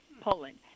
Poland